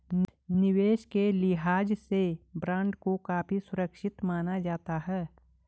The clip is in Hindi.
निवेश के लिहाज से बॉन्ड को काफी सुरक्षित माना जाता है